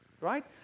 right